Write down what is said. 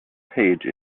page